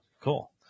Cool